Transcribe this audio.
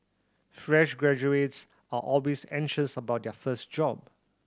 fresh graduates are always anxious about their first job